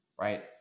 right